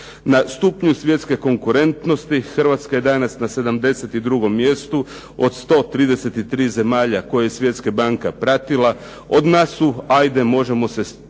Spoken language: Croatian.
Na stupnju svjetske konkurentnosti Hrvatska je danas na 72. mjestu od 133 zemalja koje je Svjetska banka pratila, od masu ajde možemo se tješiti